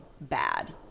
bad